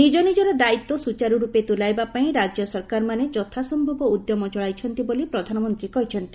ନିଜନିଜର ଦାୟିତ୍ୱ ସୁଚାରୁରୂପେ ତୁଲାଇବା ପାଇଁ ରାଜ୍ୟ ସରକାରମାନେ ଯଥାସ୍ଥବ ଉଦ୍ୟମ ଚଳାଇଛନ୍ତି ବୋଲି ପ୍ରଧାନମନ୍ତ୍ରୀ କହିଛନ୍ତି